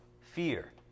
Fear